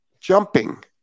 jumping